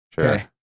Sure